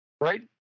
Right